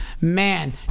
man